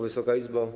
Wysoka Izbo!